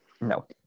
No